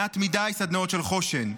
מעט מדי, סדנאות של חוש"ן.